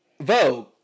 Vogue